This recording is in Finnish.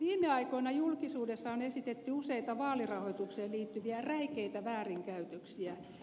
viime aikoina julkisuudessa on esitetty useita vaalirahoitukseen liittyviä räikeitä väärinkäytöksiä